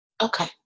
Okay